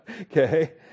Okay